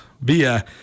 via